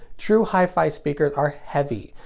true hi-fi speakers are heavy,